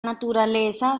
naturaleza